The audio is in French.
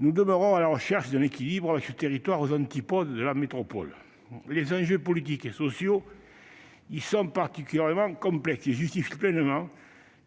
nous demeurons à la recherche d'un équilibre avec ce territoire aux antipodes de la métropole. Les enjeux politiques et sociaux y sont particulièrement complexes et justifient pleinement